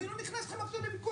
אני לא נכנס אתכם עכשיו לוויכוח,